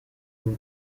uwo